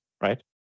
Right